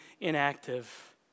inactive